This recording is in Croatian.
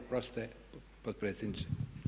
Oprostite potpredsjedniče.